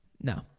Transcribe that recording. No